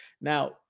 Now